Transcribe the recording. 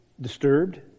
disturbed